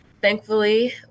thankfully